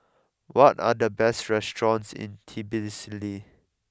what are the best restaurants in Tbilisi